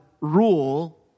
rule